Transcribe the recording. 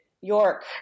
York